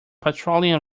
patrolling